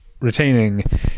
retaining